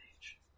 age